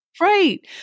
Right